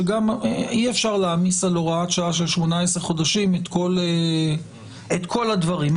שאי אפשר להעמיס על הוראה של 18 חודשים את כל הדברים.